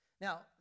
Now